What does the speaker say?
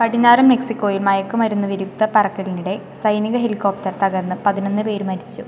പടിഞ്ഞാറൻ മെക്സിക്കോയിൽ മയക്ക് മരുന്ന് വിരുദ്ധ പറക്കലിനിടെ സൈനിക ഹെലികോപ്റ്റർ തകർന്ന് പതിനൊന്ന് പേർ മരിച്ചു